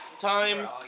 time